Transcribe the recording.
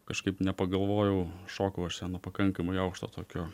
kažkaip nepagalvojau šokau aš ten nuo pakankamai aukšto tokio